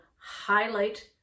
highlight